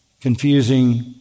confusing